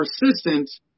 persistent